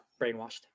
Brainwashed